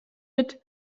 mit